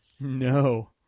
no